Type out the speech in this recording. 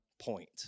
point